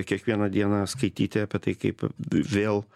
kiekvieną dieną skaityti apie tai kaip v vėl